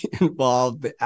involved